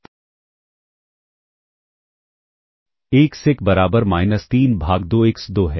x 1 बराबर minus 3 भाग 2 x 2 है